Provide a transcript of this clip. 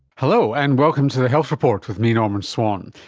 hello, and welcome to the health report with me, norman swan.